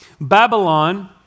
Babylon